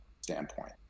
standpoint